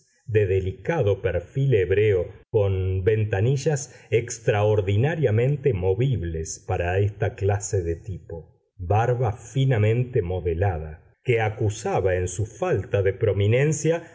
de delicado perfil hebreo con ventanillas extraordinariamente movibles para esta clase de tipo barba finamente modelada que acusaba en su falta de prominencia